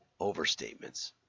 overstatements